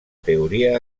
teoria